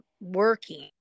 working